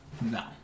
No